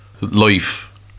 life